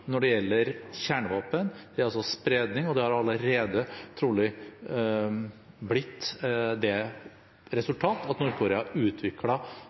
når det gjelder kjernevåpen, det er spredning, og det har allerede trolig blitt det resultat at